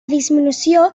disminució